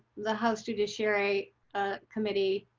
the house judiciary ah committee.